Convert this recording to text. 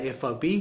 FOB